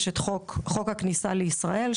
יש את חוק הכניסה לישראל,